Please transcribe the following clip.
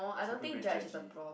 singapore very judgy